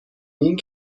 این